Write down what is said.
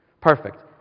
Perfect